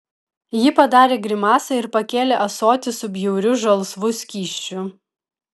ji padarė grimasą ir pakėlė ąsotį su bjauriu žalsvu skysčiu